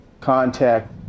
contact